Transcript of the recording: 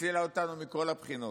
הצילה אותנו מכל הבחינות.